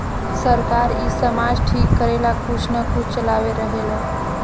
सरकार इ समाज ठीक करेला कुछ न कुछ चलावते रहेले